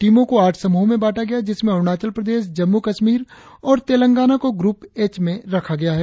टीमों को आठ समूहों में बांटा गया है जिसमें अरुणाचल प्रदेश जम्मू कश्मीर और तेलंगाना को ग्रुप एच में रखा गया है